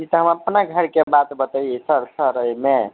जी त हम अपना घरके बात बतइये सर सर एहिमे